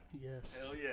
Yes